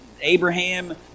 Abraham